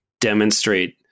demonstrate